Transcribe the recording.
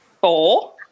four